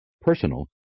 personal